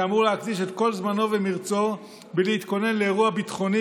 שאמור להקדיש את כל זמנו ומרצו להתכונן לאירוע ביטחוני,